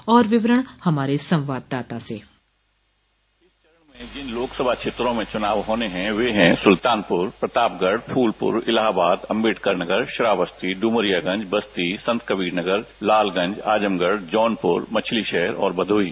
और विवरण हमारे संवाददाता से इस चरण में जिन लोकसभा क्षेत्रों में चुनाव होने हैं वे है सुल्तानपुर प्रतापगढ़ फूलपुर इलाहाबाद अंबेडकर नगर श्रावस्ती डुमरियागंज बस्ती संतकबीरनगर लालगंज आजमगढ़ जौनपुर मछली शहर और भदोही